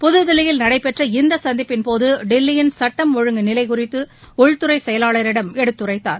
புதுதில்லியில் நடைபெற்ற இந்த சந்திப்பின்போது தில்லயின் சட்டம் ஒழுங்கு நிலை குறித்து உள்துறை செயலாளரிடம் எடுத்துரைத்தார்